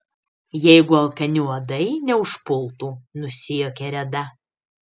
jeigu alkani uodai neužpultų nusijuokė reda